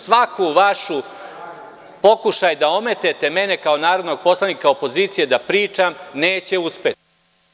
Svaki vaš pokušaj da ometete mene kao narodnog poslanika opozicije da pričam neće uspeti.